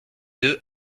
deux